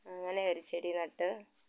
അങ്ങനെ ഒരു ചെടി നട്ടു